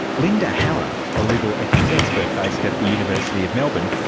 linda haller, a legal ethics expert based at the university of melbourne,